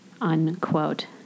unquote